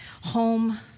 Home